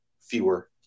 fewer